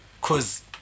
cause